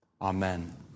Amen